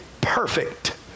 perfect